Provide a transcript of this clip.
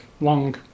long